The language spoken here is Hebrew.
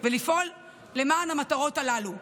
ולפעול למען המטרות הללו,